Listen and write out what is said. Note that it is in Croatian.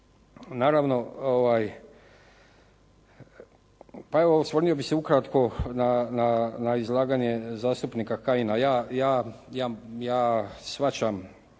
Naravno, pa evo osvrnuo bih se ukratko na izlaganje zastupnika Kajina. Ja shvaćam